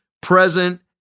present